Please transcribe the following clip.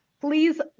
please